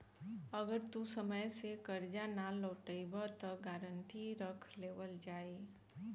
अगर तू समय से कर्जा ना लौटइबऽ त गारंटी रख लेवल जाई